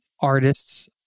artists